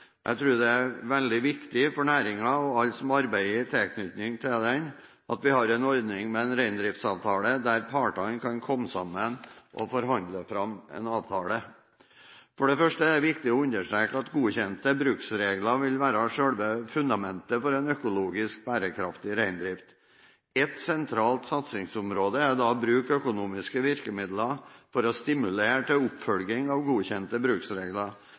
Jeg tror det er veldig viktig for næringen og alle som arbeider i tilknytning til den, at vi har en ordning med en reindriftsavtale der partene kan komme sammen og forhandle fram en avtale. For det første er det viktig å understreke at godkjente bruksregler vil være selve fundamentet for en økologisk bærekraftig reindrift. Ett sentralt satsingsområde er å bruke økonomiske virkemidler for å stimulere til oppfølging av godkjente bruksregler,